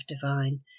divine